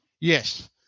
Yes